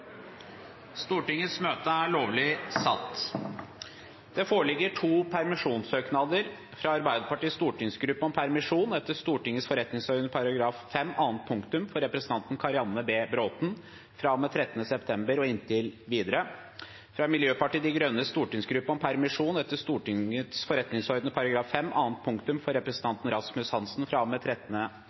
Stortingets forretningsorden § 5 annet punktum for representanten Karianne B. Bråthen fra og med 13. desember og inntil videre fra Miljøpartiet De Grønnes stortingsgruppe om permisjon etter Stortingets forretningsorden § 5 annet punktum for representanten Rasmus